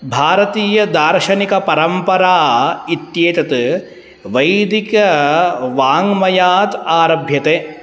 भारतीयदार्शनिकपरम्परा इत्येतत् वैदिकवाङ्मयात् आरभ्यते